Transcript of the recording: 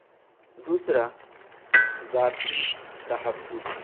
دوسرا ذاتی تحفظ